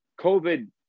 COVID